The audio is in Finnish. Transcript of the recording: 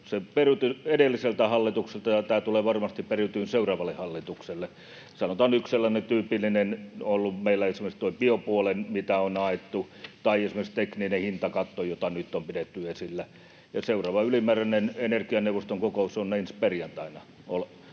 edelliseltä hallitukselta, ja tämä tulee varmasti periytymään seuraavalle hallitukselle. Yksi sellainen tyypillinen on ollut meillä, sanotaan, esimerkiksi biopuoli, mitä on haettu, tai esimerkiksi tekninen hintakatto, jota nyt on pidetty esillä. Seuraava ylimääräinen energianeuvoston kokous on ensi perjantaina